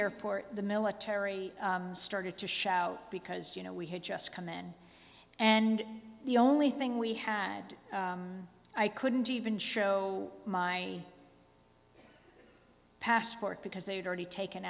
airport the military started to shout because you know we had just come in and the only thing we had i couldn't even show my passport because they had already taken